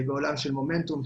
בעולם של מומנטום,